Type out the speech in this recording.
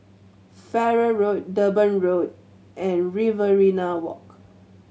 Farrer Road Durban Road and Riverina Walk